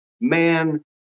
man